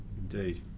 Indeed